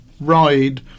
Ride